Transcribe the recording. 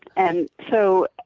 and so